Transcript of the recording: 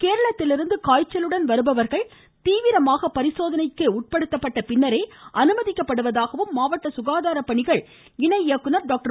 கேரளத்திலிருந்து தீவிரமாக காய்ச்சலுடன் வருபவர்கள் பரிசோதனைக்குட்படுத்தப்பட்ட பின்னரே அனுமதிக்கப்படுவதாகவும் மாவட்ட சுகாதார பணிகள் இணை இயக்குநர் டாக்டர்